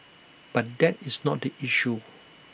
but that is not the issue